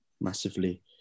massively